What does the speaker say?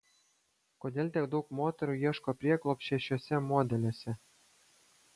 kodėl tiek daug moterų ieško prieglobsčio šiuose modeliuose